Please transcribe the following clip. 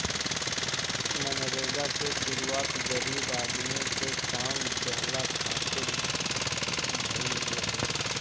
मनरेगा के शुरुआत गरीब आदमी के काम देहला खातिर भइल रहे